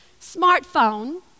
smartphone